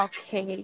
Okay